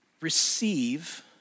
receive